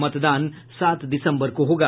मतदान सात दिसम्बर को होगा